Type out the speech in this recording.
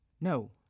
No